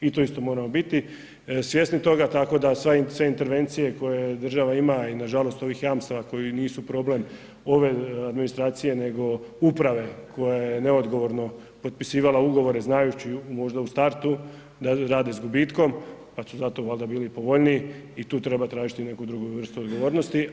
I tu isto moramo biti svjesni toga tako da sve intervencije koje država ima i nažalost ovih jamstava koji nisu problem ove administracije nego uprave koja je neodgovorno potpisivala ugovore znajući možda u startu da rade s gubitkom pa su zato valjda bili povoljniji i tu treba tražiti neku vrstu odgovornosti.